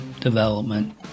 Development